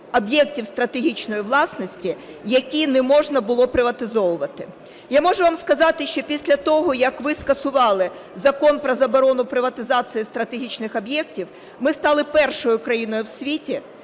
об'єктів стратегічної власності, які не можна було приватизовувати. Я можу вам сказати, що після того, як ви скасували Закон про заборону приватизації стратегічних об'єктів, ми стали першою країною в світі,